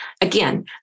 Again